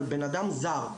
אבל בנאדם זר,